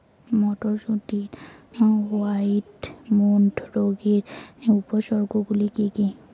মটরশুটির white mould রোগের উপসর্গগুলি কী কী?